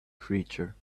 creature